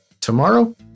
tomorrow